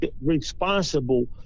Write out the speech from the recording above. responsible